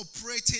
operating